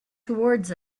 towards